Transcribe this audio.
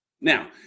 Now